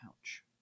pouch